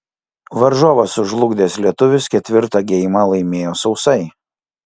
varžovą sužlugdęs lietuvis ketvirtą geimą laimėjo sausai